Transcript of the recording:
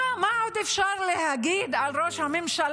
מה, מה עוד אפשר להגיד על ראש הממשלה?